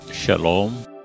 Shalom